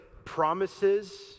promises